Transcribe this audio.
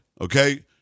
okay